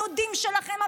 הדודים שלכם,